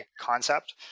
concept